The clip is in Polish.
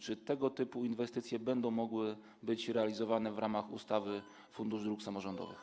Czy tego typu inwestycje będą mogły być realizowane w ramach ustawy o Funduszu Dróg Samorządowych?